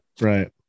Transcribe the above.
right